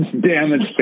Damaged